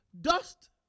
dust